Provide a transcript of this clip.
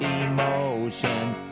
emotions